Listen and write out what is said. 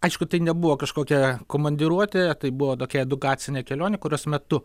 aišku tai nebuvo kažkokia komandiruotė tai buvo tokia edukacinė kelionė kurios metu